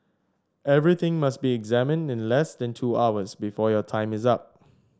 everything must be examined in less than two hours before your time is up